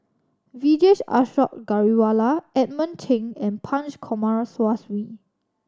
Vijesh Ashok Ghariwala Edmund Cheng and Punch Coomaraswamy